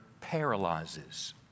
paralyzes